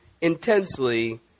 intensely